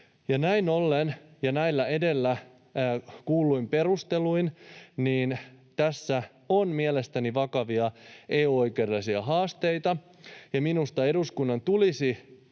Näin ollen ja edellä kuulluin perusteluin tässä on mielestäni vakavia EU-oikeudellisia haasteita, ja minusta eduskunnan tulisi